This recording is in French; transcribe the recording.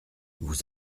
vous